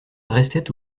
restait